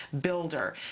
Builder